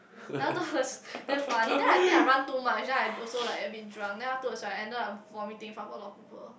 then afterwards damn funny then I think I run too much then I also like a bit drunk then afterwards right I ended up vomiting in front of a lot of people